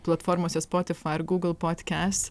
platformose spotifai ir gūgl potkes